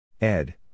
Ed